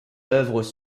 œuvres